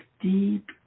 deep